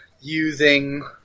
using